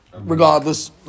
regardless